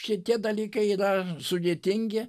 šitie dalykai yra sudėtingi